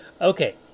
Okay